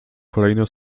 kolejno